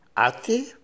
Ati